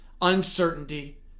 uncertainty